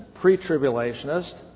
pre-tribulationist